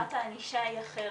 חומרת הענישה היא אחרת.